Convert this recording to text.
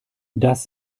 das